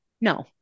No